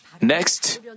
Next